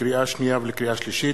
לקריאה שנייה ולקריאה שלישית: